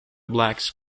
blacks